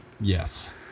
Yes